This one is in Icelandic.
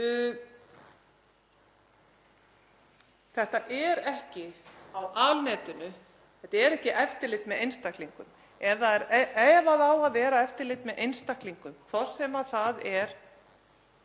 Þetta er ekki á alnetinu. Þetta er ekki eftirlit með einstaklingum. Ef það á að vera eftirlit með einstaklingum, hvort sem það er